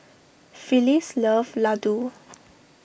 Phyllis loves Laddu